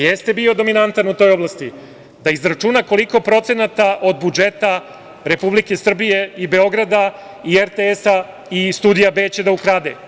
Jeste bio dominantan u toj oblasti, da izračuna koliko procenata od budžeta Republike Srbije i Beograda i RTS-a i Studija B će da ukrade.